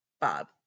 Bob